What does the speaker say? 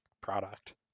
product